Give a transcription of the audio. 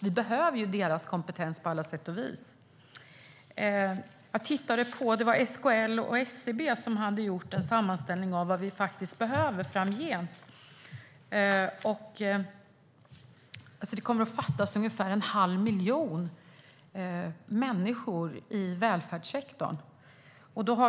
Vi behöver deras kompetens på alla sätt och vis. SKL och SCB har gjort en sammanställning av vad som faktiskt behövs framgent. Det kommer att fattas ungefär en halv miljon människor i välfärdssektorn.